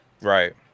right